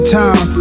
time